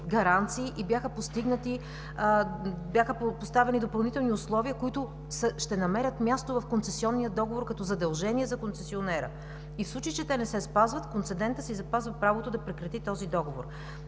и бяха поставени допълнителни условия, които ще намерят място в концесионния договор като задължение за концесионера. В случай че те не се спазват, концедентът си запазва правото да прекрати този договор.